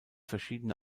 verschiedene